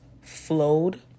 flowed